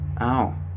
Ow